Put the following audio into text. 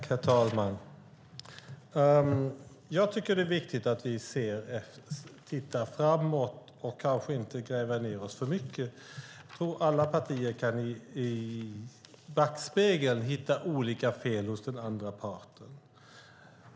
Herr talman! Jag tycker att det är viktigt att vi tittar framåt och inte gräver ned oss för mycket. Jag tror att alla partier i backspegeln kan hitta olika fel hos den andra parten.